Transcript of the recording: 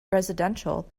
residential